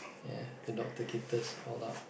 ya the doctor kicked us all out